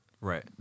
Right